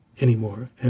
anymore